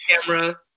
camera